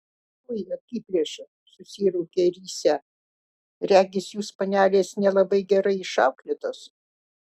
fu akiplėša susiraukė risią regis jūs panelės nelabai gerai išauklėtos